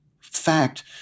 fact